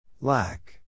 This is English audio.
Lack